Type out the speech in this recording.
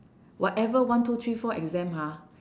whatever one two three four exam ha